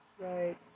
Right